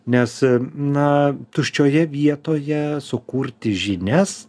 nes na tuščioje vietoje sukurti žinias